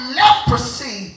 leprosy